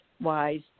wise